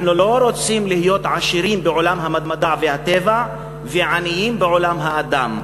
אנחנו לא רוצים להיות עשירים בעולם המדע והטבע ועניים בעולם האדם.